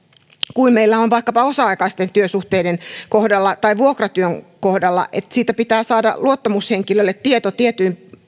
kuin meillä on vaikkapa osa aikaisten työsuhteiden tai vuokratyön kohdalla että siitä pitää saada luottamushenkilölle tieto tietyin